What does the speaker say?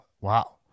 wow